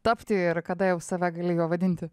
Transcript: tapti ir kada jau save gali juo vadinti